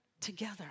together